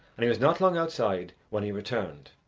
and he was not long outside when he returned.